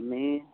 आनी